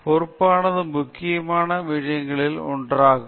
பொறுப்பானது முக்கியமான விடயங்களில் ஒன்றாகும்